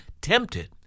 tempted